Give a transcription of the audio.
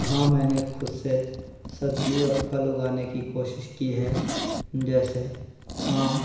हाँ मैंने ख़ुद से सब्ज़ी और फल उगाने की कोशिश की है जैसे आम